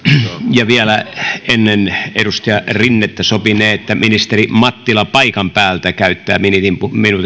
ja vielä ennen edustaja rinnettä sopinee että ministeri mattila paikan päältä käyttää minuutin